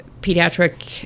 pediatric